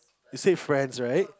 you said friends right